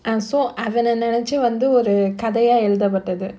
and so அவன நெனச்சு வந்து ஒரு கதையா எழுதப்பட்டது:avana nenachu vanthu oru kathaiyaa eluthappattathu